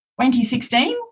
2016